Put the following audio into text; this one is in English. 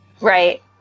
Right